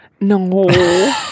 No